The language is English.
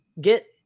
get